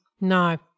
no